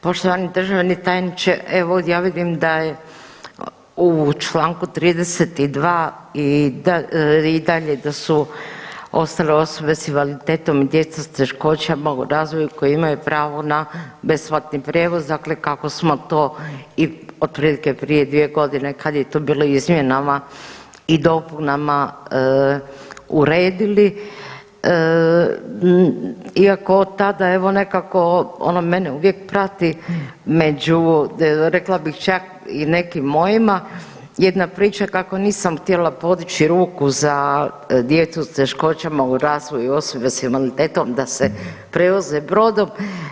Poštovani državni tajniče evo ja vidim da je u Članku 32. i dalje da su ostale osobe s invaliditetom i djeca s teškoćama u razvoju koja imaju pravo na besplatni prijevoz, dakle kako smo to i otprilike prije 2 godine kada je to u bilo u izmjenama i dopunama uredili iako od tada evo nekako ono mene uvijek prati među rekla bih čak i nekim mojima jedna priča kako nisam htjela podići ruku za djecu s teškoćama u razvoju i osobe s invaliditetom da se prevoze brodom.